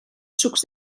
sucs